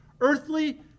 earthly